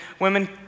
women